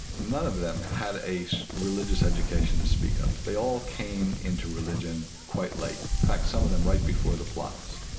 none of them had a religious education to speak of. they all came into religion quite late. in fact, some of them right before the plots.